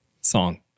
song